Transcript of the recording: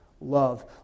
love